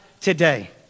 today